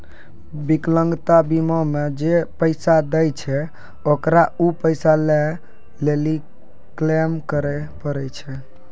विकलांगता बीमा मे जे पैसा दै छै ओकरा उ पैसा लै लेली क्लेम करै पड़ै छै